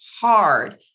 hard